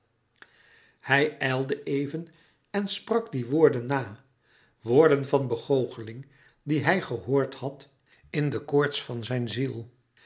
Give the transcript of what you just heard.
hij ijlde even en sprak die woorden na woorden van begoocheling die hij gehoord had in de koorts van zijn ziel